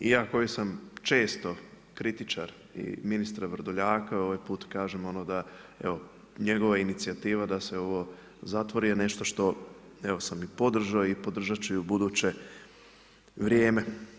I ja koji sam često kritičar i ministra Vrdoljaka ovaj put kažem ono da evo njegova inicijativa da se ovo zatvori je nešto što evo sam i podržao i podržat ću i u buduće vrijeme.